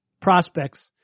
prospects